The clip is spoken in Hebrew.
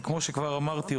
וכמו שכבר אמרתי,